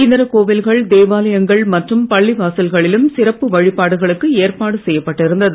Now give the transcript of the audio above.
இதர கோவில்கள் தேவாலயங்கள் மற்றும் பள்ளி வாசல்களிலும் சிறப்பு வழிபாடுகளுக்கு ஏற்பாடு செய்யப்பட்டு இருந்தது